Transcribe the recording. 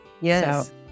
yes